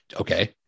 okay